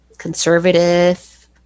conservative